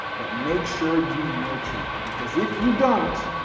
but make sure you nurture it because if you don't,